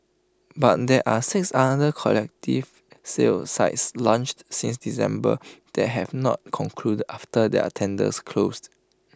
but there are six other collective sale sites launched since December that have not concluded after their tenders closed